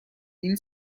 این